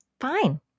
fine